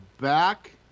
back